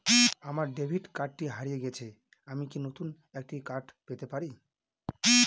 আমার ডেবিট কার্ডটি হারিয়ে গেছে আমি কি নতুন একটি কার্ড পেতে পারি?